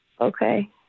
Okay